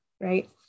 right